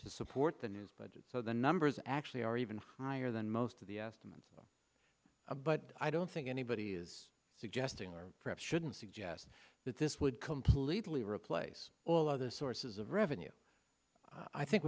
to support the new budget so the numbers actually are even higher than most of the estimates but i don't think anybody is suggesting or shouldn't suggest that this would completely replace all of the sources of revenue i think